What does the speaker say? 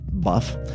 buff